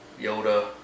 Yoda